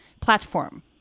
platform